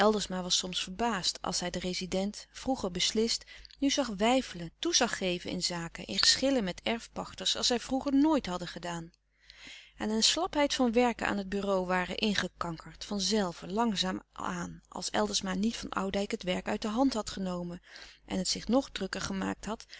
eldersma was soms verbaasd als hij de rezident vroeger beslist nu zag weifelen toe zag geven in zaken in geschillen met erfpachters als hij vroeger nooit hadde gedaan en een slapheid van werken aan het bureau ware ingekankerd van zelve langzaam aan als eldersma niet van oudijck het werk uit de hand had genomen en het zich nog drukker gemaakt had